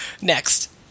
Next